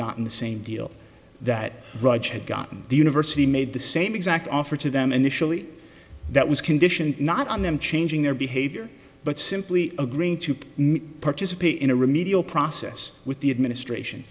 gotten the same deal that roger had gotten the university made the same exact offer to them initially that was conditioned not on them changing their behavior but simply agreeing to participate in a remedial process with the administration